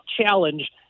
challenge